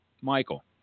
Michael